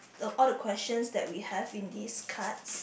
the all the questions that we have in this cards